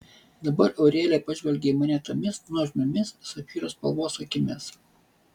dabar aurelija pažvelgė į mane tomis nuožmiomis safyro spalvos akimis